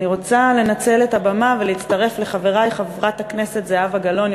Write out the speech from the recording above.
אני רוצה לנצל את הבמה ולהצטרף לחברי חברת הכנסת זהבה גלאון,